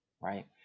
right